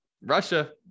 Russia